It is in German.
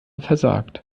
versagt